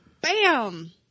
bam